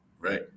Right